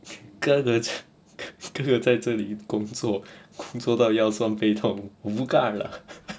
哥哥在这里工作工作到腰酸背痛我不干了